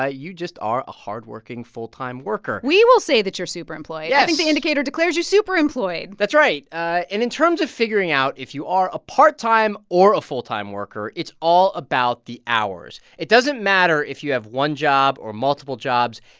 ah you just are a hard-working full-time worker we will say that you're super-employed yes i yeah think the indicator declares you super-employed that's right. and in terms of figuring out if you are a part-time or a full-time worker, it's all about the hours. it doesn't matter if you have one job or multiple jobs.